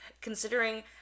considering